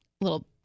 little